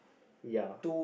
ya